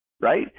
right